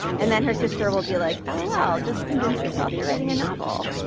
and then her sister will be like, lol, um just convince yourself you're writing a novel.